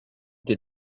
did